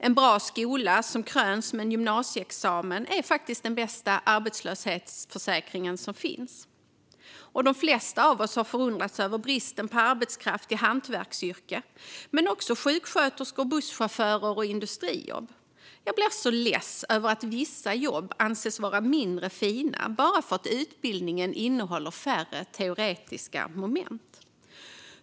En bra skola som kröns med en gymnasieexamen är den bästa arbetslöshetsförsäkring som finns. De flesta av oss har förundrats över bristen på arbetskraft i hantverksyrken men också på sjuksköterskor, busschaufförer och industrijobb. Jag blir så less över att vissa jobb anses vara mindre fina bara för att utbildningen innehåller färre teoretiska moment.